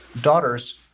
daughters